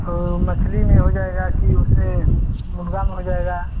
तो मछली में हो जाएगा कि उसे मुर्गा में हो जाएगा